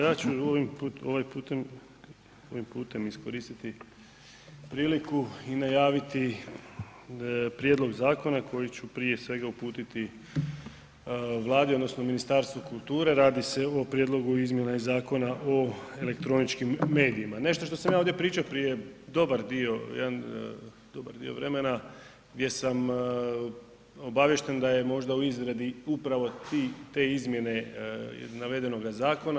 Ja ću ovim putem iskoristiti priliku i najaviti prijedlog zakona koji ću prije svega uputiti Vladi odnosno Ministarstvu kulture, radi se o Prijedlogu izmjena Zakona o elektroničkim medijima, nešto što sam ja ovdje pričao prije dobar dio vremena gdje sam obaviješten da je možda u izradi upravo te izmjene navedenoga zakona.